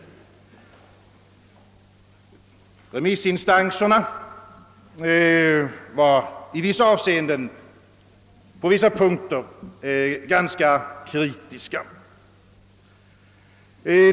Remissinstanserna var på vissa punkter ganska kritiska.